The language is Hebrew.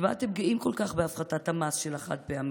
מה אתם גאים כל כך בהפחתת המס על החד-פעמי?